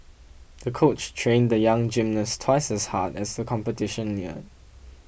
the coach trained the young gymnast twice as hard as the competition neared